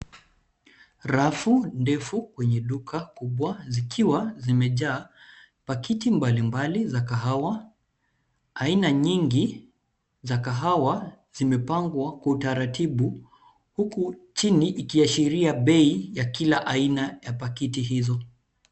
Rafu ndefu kwenye duka kubwa zikiwa zimejaa pakiti mbalimbali za kahawa. Aina nyingi za kahawa ziimepangwa kwa utaratibu huku chini ikiashiria bei ya kila aina ya pakiti hizo.